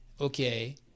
okay